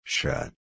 Shut